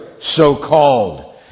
so-called